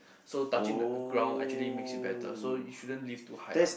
so touching the ground actually makes it better so you shouldn't live too high up